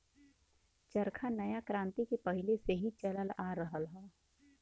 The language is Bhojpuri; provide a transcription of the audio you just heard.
चरखा नया क्रांति के पहिले से ही चलल आ रहल हौ